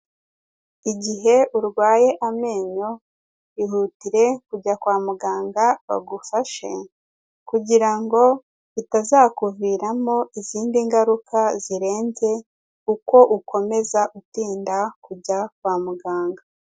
Igihe urwaye amenyo, ihutire kujya kwa muganga bagufashe kugira ngo bitazakuviramo izindi ngaruka zirenze, uko ukomeza utinda kujya kwa muganga.